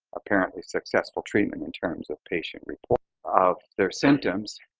apparently successful treatment in terms of patient report of their symptoms,